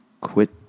quit